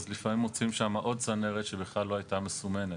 אז לפעמים מוצאים שם עוד צנרת שבכלל לא הייתה מסומנת,